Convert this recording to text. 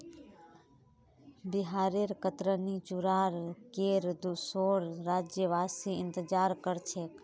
बिहारेर कतरनी चूड़ार केर दुसोर राज्यवासी इंतजार कर छेक